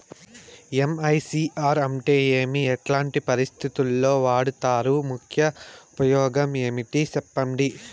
MICR అంటే ఏమి? ఎట్లాంటి పరిస్థితుల్లో వాడుతారు? ముఖ్య ఉపయోగం ఏంటి సెప్పండి?